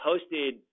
posted